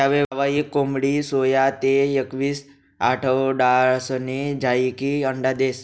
यावसायिक कोंबडी सोया ते एकवीस आठवडासनी झायीकी अंडा देस